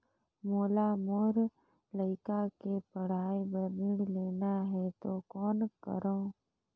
मोला मोर लइका के पढ़ाई बर ऋण लेना है तो कौन करव?